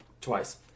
twice